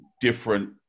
different